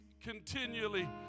continually